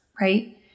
right